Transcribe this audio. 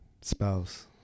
spouse